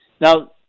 Now